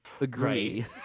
agree